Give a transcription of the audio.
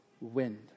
wind